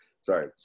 sorry